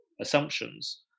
assumptions